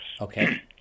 Okay